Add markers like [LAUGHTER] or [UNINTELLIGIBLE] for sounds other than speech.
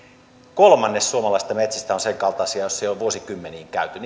kolmannes suomalaisista metsistä on sen kaltaisia joissa ei ole vuosikymmeniin käyty [UNINTELLIGIBLE]